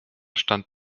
stand